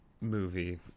movie